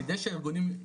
כדי שהארגונים,